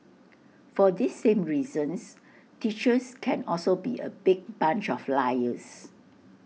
for these same reasons teachers can also be A big bunch of liars